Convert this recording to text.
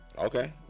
Okay